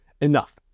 enough